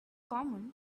common